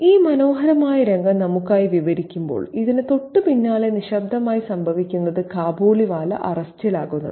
ഈ മനോഹരമായ രംഗം നമുക്കായി വിവരിക്കുമ്പോൾ ഇതിന് തൊട്ടുപിന്നാലെ നിശബ്ദമായി സംഭവിക്കുന്നത് കാബൂളിവാല അറസ്റ്റിലാകുന്നതാണ്